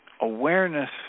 awareness